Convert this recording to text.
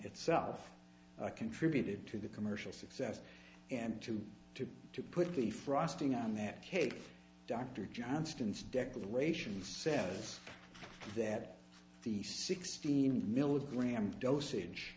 itself contributed to the commercial success and to to to put the frosting on that cake dr johnston's declaration says that the sixteen milligram dosage